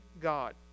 God